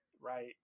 Right